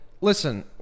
listen